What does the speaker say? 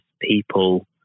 people